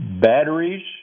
Batteries